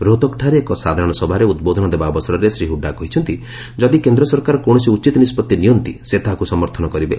ରୋହତକ୍ଠାରେ ଏକ ସାଧାରଣସଭାରେ ଉଦ୍ବୋଧନ ଦେବା ଅବସରରେ ଶ୍ରୀ ହୁଡ୍ଡା କହିଛନ୍ତି ଯଦି କେନ୍ଦ୍ର ସରକାର କୌଣସି ଉଚିତ ନିଷ୍ପଭି ନିଅନ୍ତି ସେ ତାହାକୁ ସମର୍ଥନ କରିବେ